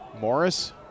Morris